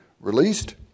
released